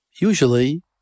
usually